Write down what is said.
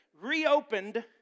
reopened